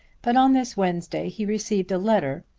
but on this wednesday he received a letter,